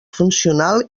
funcional